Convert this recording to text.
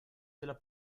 della